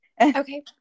Okay